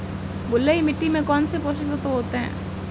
बलुई मिट्टी में कौनसे पोषक तत्व होते हैं?